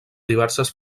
diverses